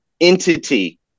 entity